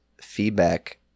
feedback